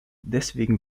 deswegen